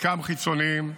חלקם חיצוניים,